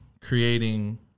creating